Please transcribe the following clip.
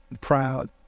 proud